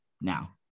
now